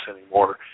anymore